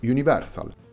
Universal